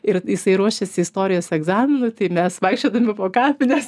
ir jisai ruošėsi istorijos egzaminui tai mes vaikščiodami po kapines